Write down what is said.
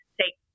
take